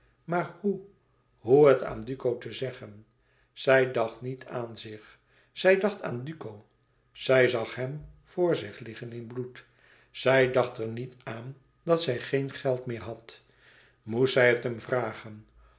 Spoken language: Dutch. maar hoe hoe het aan duco te zeggen zij dacht niet aan zich zij dacht aan duco zij zag hem voor zich liggen in bloed zij dacht er niet aan dat zij geen geld meer had moest zij het hem vragen